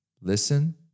listen